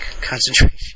concentration